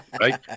right